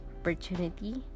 opportunity